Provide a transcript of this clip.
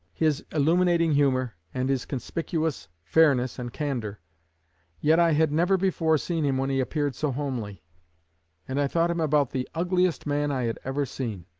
his illuminating humor, and his conspicuous fairness and candor yet i had never before seen him when he appeared so homely and i thought him about the ugliest man i had ever seen.